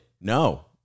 No